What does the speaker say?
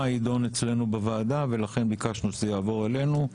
ידון אצלנו בוועדה ולכן ביקשנו שזה יעבור אלינו.